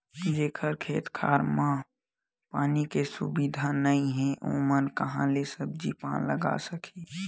जेखर खेत खार मन म पानी के सुबिधा नइ हे ओमन ह काँहा ले सब्जी पान लगाए सकही